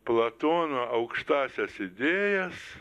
platono aukštąsias idėjas